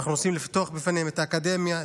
אנחנו רוצים לפתוח בפניהם את האקדמיה,